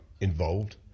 involved